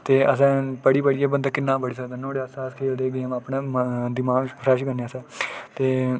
ते असें पढ़ी पढ़ियै बंदा किन्ना पढ़ी सकदा नुहाड़े आस्तै अस खेल्लदे हे नुहाड़े कन्नै दमाग फ्रैश करने आस्तै ते